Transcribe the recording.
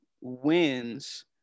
wins